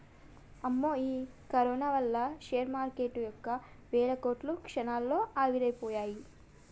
అమ్మో ఈ కరోనా వల్ల షేర్ మార్కెటు యొక్క వేల కోట్లు క్షణాల్లో ఆవిరైపోయాయి